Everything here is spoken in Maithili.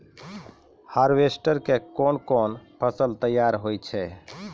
हार्वेस्टर के कोन कोन फसल तैयार होय छै?